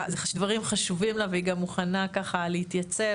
שדברים חשובים לה והיא גם מוכנה להתייצב,